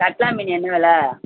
கட்லா மீன் என்ன வெலை